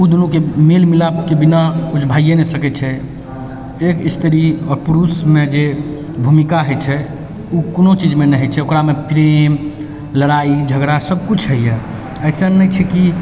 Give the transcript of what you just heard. ओ दुनूके मेल मिलापके बिना किछु भैए नहि सकै छै एक स्त्री आओर पुरुषमे जे भूमिका होइ छै ओ कोनो चीजमे नहि होइ छै ओकरामे प्रेम लड़ाइ झगड़ा सबकुछ होइए अइसन नहि छै की